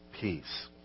peace